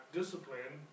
discipline